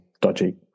dodgy